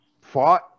fought